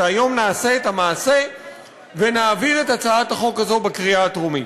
שהיום נעשה את המעשה ונעביר את הצעת החוק הזאת בקריאה טרומית.